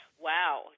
wow